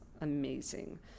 Amazing